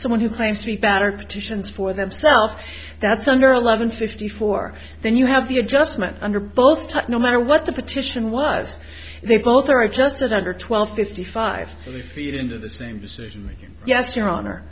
someone who claims to be battered petitions for themself that's under eleven fifty four then you have the adjustment under both time no matter what the petition was they both are adjusted under twelve fifty five feet into the same me yes your honor